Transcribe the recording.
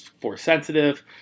Force-sensitive